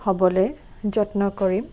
হ'বলৈ যত্ন কৰিম